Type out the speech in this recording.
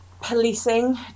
policing